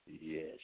Yes